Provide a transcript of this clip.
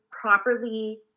properly